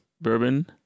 Bourbon